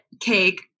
cake